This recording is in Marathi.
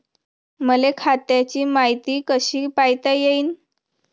मले खात्याची मायती कशी पायता येईन?